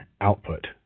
output